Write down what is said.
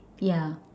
yeah